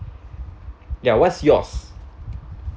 ya what's yours